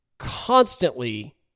constantly